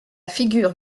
figure